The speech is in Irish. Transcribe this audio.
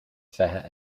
fiche